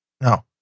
No